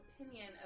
opinion